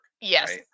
Yes